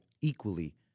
equally